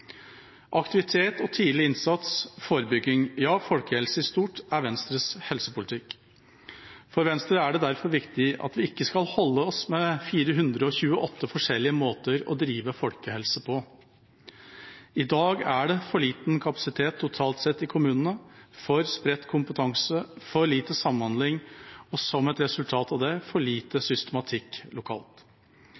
Aktivitet, tidlig innsats og forebygging – ja, folkehelse i stort – er Venstres helsepolitikk. For Venstre er det derfor viktig at vi ikke skal holde oss med 428 forskjellige måter å drive folkehelse på. I dag er det for liten kapasitet totalt sett i kommunene, for spredt kompetanse, for lite samhandling, og som et resultat av det, er det for lite systematikk lokalt.